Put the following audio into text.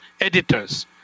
editors